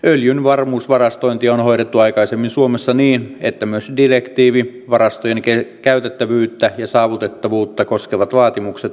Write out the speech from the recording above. öljyn varmuusvarastointi on hoidettu aikaisemmin suomessa niin että myös direktiivin varastojen käytettävyyttä ja saavutettavuutta koskevat vaatimukset on täytetty